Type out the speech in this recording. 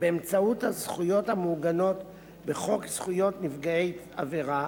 באמצעות הזכויות המעוגנות בחוק זכויות נפגעי עבירה